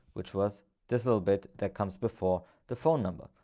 which was this little bit that comes before the phone number.